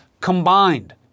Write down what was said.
combined